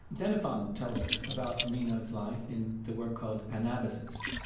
xenophon tells us about meno's life in the work called anabasis.